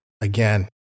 again